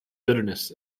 bitterness